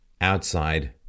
outside